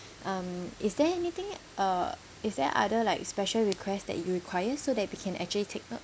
um is there anything uh is there other like special requests that you require so that we can actually take note